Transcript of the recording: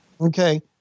Okay